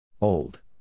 Old